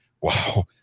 Wow